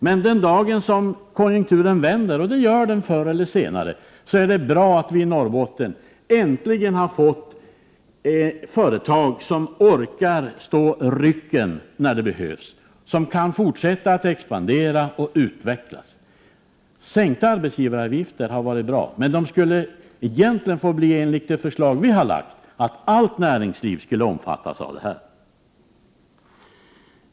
Men den dag konjunkturen vänder, och det gör den förr eller senare, är det bra att vi i Norrbotten äntligen har fått företag som orkar stå rycken när det behövs, som kan fortsätta att expandera och utvecklas. Sänkta arbetsgivaravgifter har varit bra, men egentligen, enligt det förslag som vi har lagt fram, skulle allt näringsliv omfattas av detta.